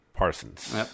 parsons